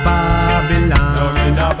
Babylon